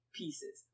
pieces